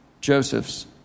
Joseph's